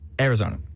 Arizona